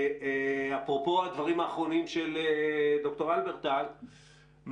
אפרופו הדברים האחרונים של ד"ר הלברטל,